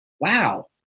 wow